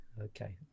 okay